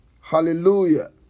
hallelujah